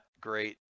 great